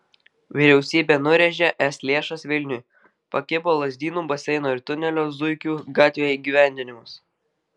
vyriausybė nurėžė es lėšas vilniui pakibo lazdynų baseino ir tunelio zuikių gatvėje įgyvendinimas